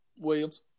Williams